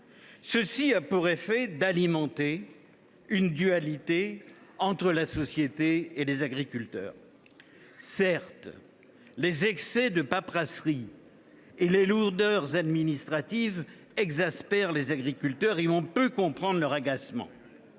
Cela a pour effet d’alimenter une dualité entre la société et les agriculteurs. Certes, les excès de paperasserie et les lourdeurs administratives exaspèrent les agriculteurs, et l’on peut comprendre leur agacement.